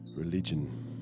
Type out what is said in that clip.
religion